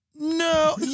No